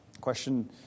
Question